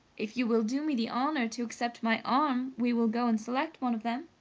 if you will do me the honor to accept my arm, we will go and select one of them.